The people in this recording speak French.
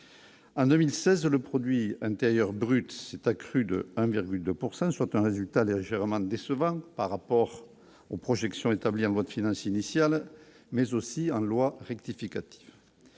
en 2016, le produit intérieur brut s'est accru de 1 Birchwil 2 pourcent soit soit un résultat légèrement décevant par rapport aux projections établies en loi de finances initiale, mais aussi un loi rectificative